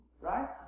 Right